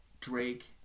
Drake